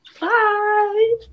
Bye